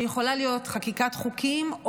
והיא יכולה להיות חקיקת חוקים,